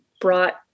brought